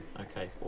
Okay